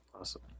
Awesome